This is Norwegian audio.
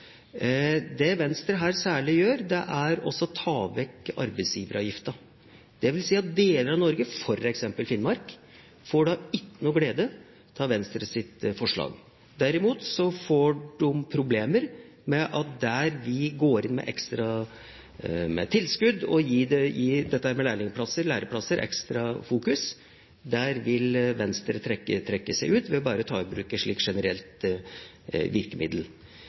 Det Venstre her særlig gjør, er å ta vekk arbeidsgiveravgiften. Det vil si at deler av Norge, f.eks. Finnmark, ikke får noen glede av Venstres forslag. Derimot får de problemer med at der vi går inn med tilskudd og gir dette med lærlingplasser ekstra fokus, vil Venstre trekke seg ut ved bare å ta i bruk et slikt generelt virkemiddel.